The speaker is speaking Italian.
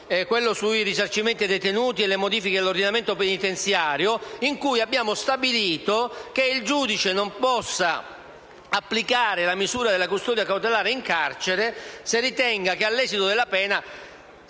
2014, sui risarcimenti ai detenuti e le modifiche dell'ordinamento penitenziario, in cui abbiamo stabilito che il giudice non può applicare la misura della custodia cautelare in carcere se ritiene che, all'esito della pena,